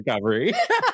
recovery